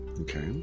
Okay